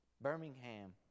Birmingham